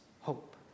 hope